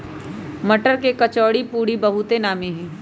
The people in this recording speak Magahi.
मट्टर के कचौरीपूरी बहुते नामि हइ